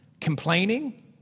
Complaining